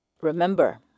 Remember